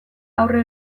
aurre